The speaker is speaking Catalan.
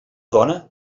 dona